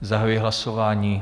Zahajuji hlasování.